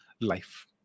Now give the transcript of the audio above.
life